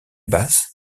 basse